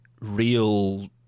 real